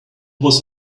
was